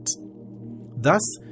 Thus